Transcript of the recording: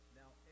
now